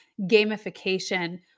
gamification